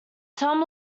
tom